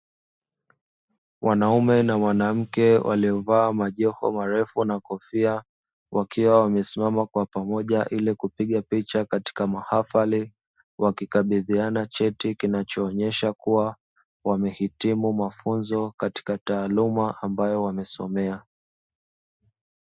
Wanaume na mwanamke waliovaa majoho marefu na kofia, wakiwa wamesimama kwa pamoja ili kupiga picha katika mahafali, wakikabidhiana cheti kinachoonyesha kuwa wamehitimu mafunzo katika taaluma ambayo wamesomea.